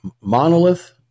monolith